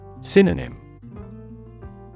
Synonym